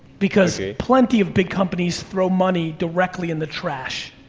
because plenty of big companies throw money directly in the trash.